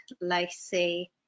Lacey